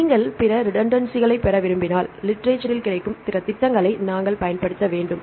நீங்கள் பிற ரிடென்சிகளைப் பெற விரும்பினால் லிட்ரேசரில் கிடைக்கும் பிற திட்டங்களை நாங்கள் பயன்படுத்த வேண்டும்